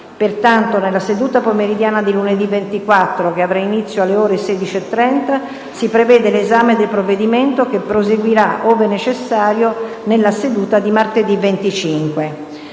Pertanto, nella seduta pomeridiana di lunedì 24, che avrà inizio alle ore 16,30, si prevede l'esame del provvedimento, che proseguirà, ove necessario, nella seduta di martedì 25.